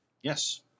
Yes